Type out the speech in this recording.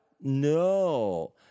No